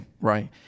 right